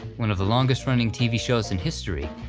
one of the longest-running tv shows in history,